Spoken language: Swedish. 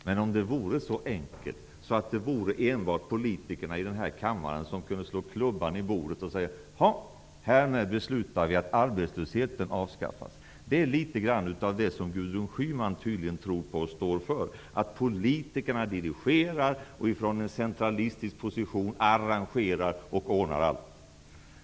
Men om det vore så enkelt att enbart politikerna i den här kammaren kunde slå klubban i bordet och säga att vi härmed beslutar att arbetslösheten avskaffas, vore det litet grand av det som Gudrun Schyman tydligen tror på och står för, att politikerna från en centralistisk position dirigerar, arrangerar och ordnar allt.